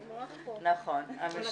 והמשתתפים.